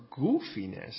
goofiness